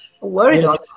worried